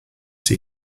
see